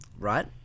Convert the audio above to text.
Right